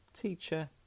teacher